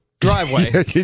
driveway